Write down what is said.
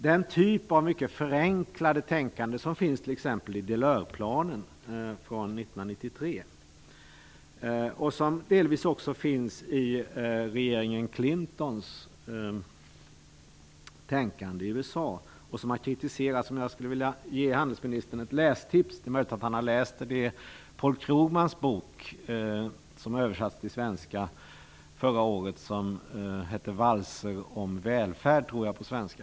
Det är den typ av mycket förenklade tänkande som finns t.ex. i Delorsplanen från 1993 och som delvis också finns i regeringen Clintons tänkande i USA, och som har kritiserats. Jag skulle vilja ge handelsministern ett lästips. Det är möjligt att han har läst Paul Krugmans bok som översattes till svenska förra året. Den heter Valser om välfärd på svenska.